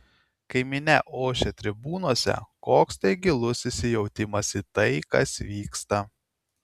kai minia ošia tribūnose koks tai gilus įsijautimas į tai kas vyksta